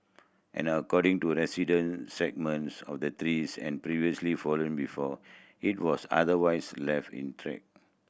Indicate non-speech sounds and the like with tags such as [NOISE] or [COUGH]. and according to resident segments of the trees and previously fallen before it was otherwise left [UNINTELLIGIBLE]